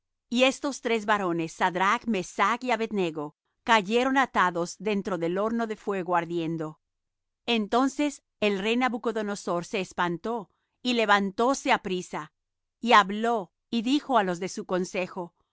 y estos tres varones sadrach mesach y abed nego cayeron atados dentro del horno de fuego ardiendo entonces el rey nabucodonosor se espantó y levantóse apriesa y habló y dijo á los de su consejo